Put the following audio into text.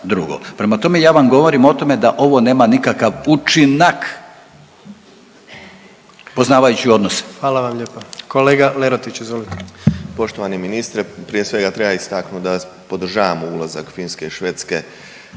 Prema tome ja vam govorim o tome da ovo nema nikakav učinak poznavajući odnose.